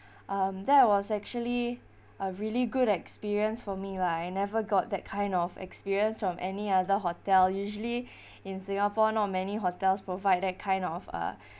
um that was actually a really good experience for me lah I never got that kind of experience from any other hotel usually in singapore not many hotels provide that kind of uh